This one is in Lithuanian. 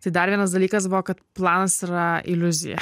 tai dar vienas dalykas buvo kad planas yra iliuzija